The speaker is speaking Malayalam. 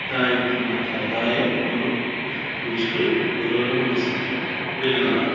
ഇതായിട്ടുള്ള തനതായ ഓരോ രുചികളിൽ ഓരോരോ മത്സ്യത്തിനും വരുന്നതാണ്